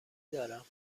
دارم